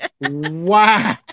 wow